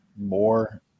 more